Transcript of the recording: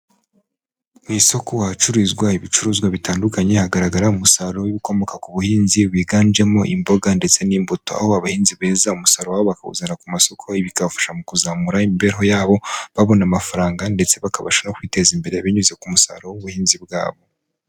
Ku isoko, ahacururizwa ibicuruzwa bitandukanye, hagaragara umusaruro w'ibikomoka ku buhinzi wiganjemo imboga ndetse n'imbuto. Aho abahinzi beza umusaruro wabo bakawuzana ku masoko. Bikabafasha mu kuzamura imibereho yabo, babona amafaranga ndetse bakabashaho kwiteza imbere, binyuze ku musaruro w'ubuhinzi bwabo.